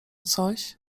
coś